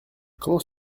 comment